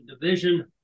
Division